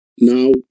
Now